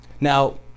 Now